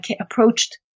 approached